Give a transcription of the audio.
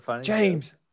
James